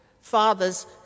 Fathers